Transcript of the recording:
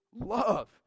love